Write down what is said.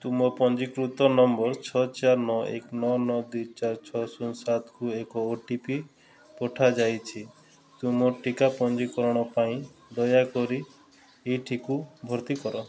ତୁମ ପଞ୍ଜୀକୃତ ନମ୍ବର ଛଅ ଚାରି ନଅ ଏକ ନଅ ନଅ ଦୁଇ ଚାରି ଛଅ ଛଅ ଶୂନ ସାତକୁ ଏକ ଓ ଟି ପି ପଠାଯାଇଛି ତୁମ ଟିକା ପଞ୍ଜୀକରଣ ପାଇଁ ଦୟାକରି ଏଇଟିକୁ ଭର୍ତ୍ତି କର